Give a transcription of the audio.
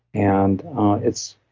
and it's,